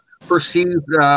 perceived